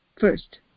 first